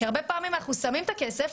כי הרבה פעמים אנחנו שמים את הכסף,